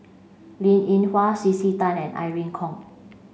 Linn In Hua C C Tan and Irene Khong